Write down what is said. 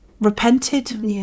repented